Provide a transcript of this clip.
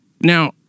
Now